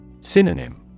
Synonym